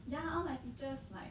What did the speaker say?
ya all like teachers like